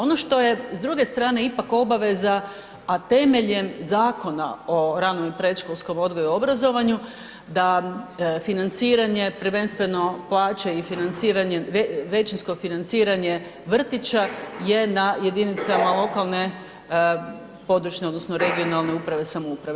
Ono što je s druge strane ipak obaveza, a temeljem Zakona o ranom i predškolskom odgoju i obrazovanju da financiranje prvenstveno plaća i financiranje, većinsko financiranje vrtića je na jedinicama lokalne područne odnosno regionalne uprave, samouprave.